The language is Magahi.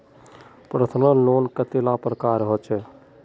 पर्सनल लोन कतेला प्रकारेर होचे?